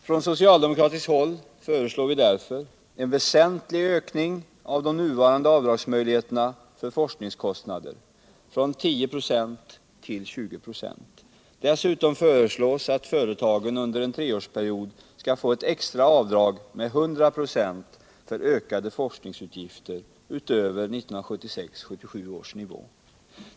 Från socialdemokratiskt håll föreslår vi därför en väsentlig ökning av de nuvarande avdragsmöjligheterna för forskningskostnader, från 10 96 till 20 26. Dessutom föreslås att företagen under en treårsperiod skall få ett extra avdrag med 100 96 för ökade forskningsutgifter utöver 1976/77 års nivå.